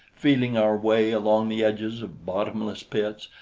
feeling our way along the edges of bottomless pits,